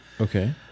Okay